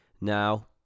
now